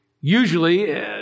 usually